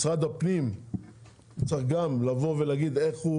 משרד הפנים צריך גם לבוא ולהגיד איך הוא